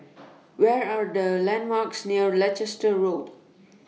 Where Are The landmarks near Leicester Road